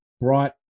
brought